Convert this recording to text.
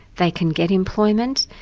they can get employment,